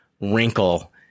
wrinkle